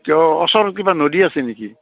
কিয় ওচৰত কিবা নদী আছে নেকি